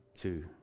two